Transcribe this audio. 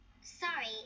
Sorry